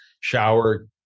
Shower